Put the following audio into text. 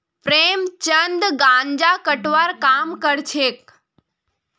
प्रेमचंद गांजा कटवार काम करछेक